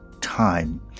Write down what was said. time